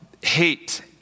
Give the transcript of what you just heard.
hate